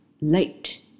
late